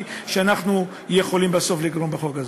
שאנחנו יכולים בסוף לגרום בחוק הזה.